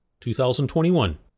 2021